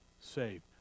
saved